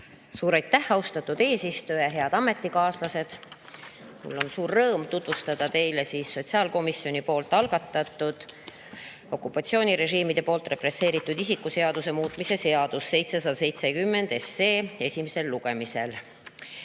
Suur aitäh, austatud eesistuja! Head ametikaaslased! Mul on suur rõõm tutvustada teile sotsiaalkomisjoni algatatud okupatsioonirežiimide poolt represseeritud isiku seaduse muutmise seaduse eelnõu 770 esimesel lugemisel.